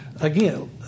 Again